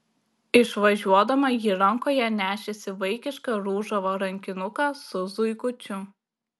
išvažiuodama ji rankoje nešėsi vaikišką ružavą rankinuką su zuikučiu